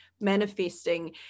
manifesting